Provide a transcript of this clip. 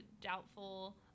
doubtful